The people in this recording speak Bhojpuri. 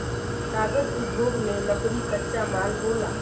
कागज़ उद्योग में लकड़ी कच्चा माल होला